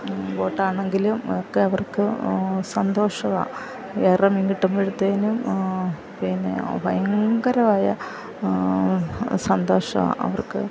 ബോട്ടാണെങ്കിലും ഒക്കെ അവർക്ക് സന്തോഷമാണ് ഏറെ മീൻ കിട്ടുമ്പോഴത്തേക്കും പിന്നെ ഭയങ്കരവായ സന്തോഷമാണ് അവർക്ക്